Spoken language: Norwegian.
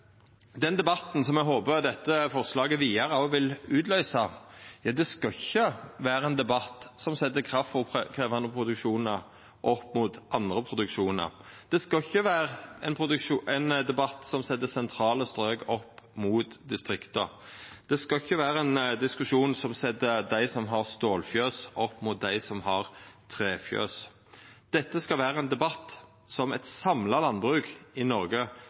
Den debatten som eg håper dette forslaget vidare vil utløysa, skal ikkje vera ein debatt som set kraftfôrkrevjande produksjonar opp mot andre produksjonar, det skal ikkje vera ein debatt som set sentrale strøk opp mot distrikta, det skal ikkje vera ein diskusjon som set dei som har stålfjøs, opp mot dei som har trefjøs. Dette skal vera ein debatt som eit samla landbruk i Noreg